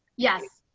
yes.